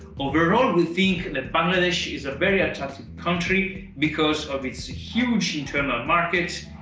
overall we think that bangladesh is a very attractive country, because of its huge internal market,